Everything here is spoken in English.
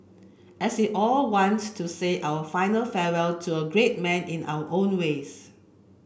as we all wants to say our final farewell to a great man in our own ways